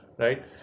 Right